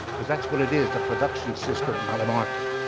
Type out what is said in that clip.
because that's what it is, a production system, not a market.